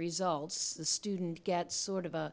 results student gets sort of a